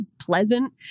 pleasant